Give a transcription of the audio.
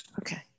Okay